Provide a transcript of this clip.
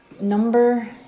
Number